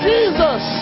Jesus